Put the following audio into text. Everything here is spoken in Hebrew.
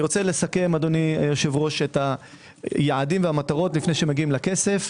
אני רוצה לסכם את הנושא של היעדים והמטרות לפני שמגיעים לכסף.